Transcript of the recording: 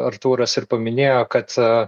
artūras ir paminėjo kad a